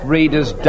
Reader's